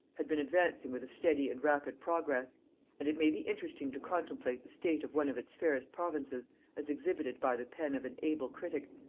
had been advancing with a steady and rapid progress and it may be interesting to contemplate the state of one of its fairest provinces as exhibited by the pen of an able critic,